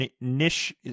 niche